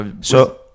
So-